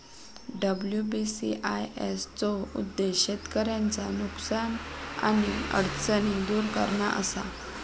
WBCIS चो उद्देश्य शेतकऱ्यांचा नुकसान आणि अडचणी दुर करणा असा